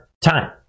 time